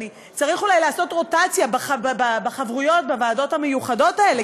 צריך אולי לעשות רוטציה בחברויות בוועדות המיוחדות אלה,